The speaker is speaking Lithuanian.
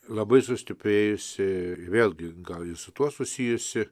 labai sustiprėjusi vėlgi gal ir su tuo susijusi